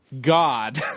God